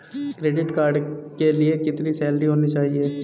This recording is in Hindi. क्रेडिट कार्ड के लिए कितनी सैलरी होनी चाहिए?